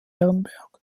ehrenberg